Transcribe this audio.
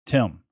Tim